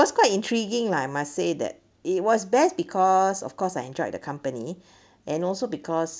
was quite intriguing lah I must say that it was best because of course I enjoyed the company and also because